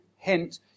Hint